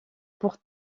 pour